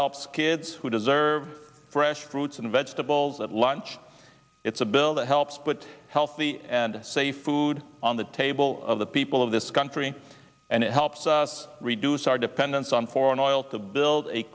helps kids who deserve fresh fruits and vegetables at lunch it's a bill that helps put healthy and safe food on the table of the people of this country and it helps us reduce our dependence on foreign oil to build a